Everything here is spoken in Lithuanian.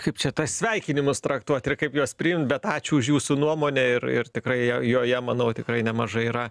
kaip čia tuos sveikinimus traktuot ir kaip juos priimt bet ačiū už jūsų nuomonę ir ir tikrai joje manau tikrai nemažai yra